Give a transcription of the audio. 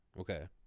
Okay